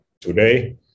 today